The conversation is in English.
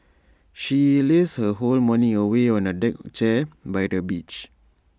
she lazed her whole morning away on A deck chair by the beach